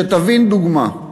כדי שתבין, דוגמה: